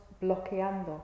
bloqueando